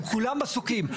הם כולם עסוקים.